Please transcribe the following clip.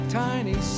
tiny